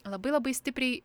labai labai stipriai